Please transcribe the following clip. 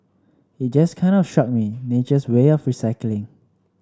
it just kind of struck me nature's way of recycling